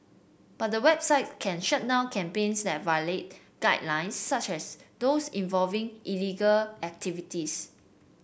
but the website can shut down campaigns that violate guidelines such as those involving illegal activities